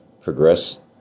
progress